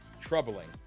troubling